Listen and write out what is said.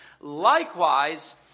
likewise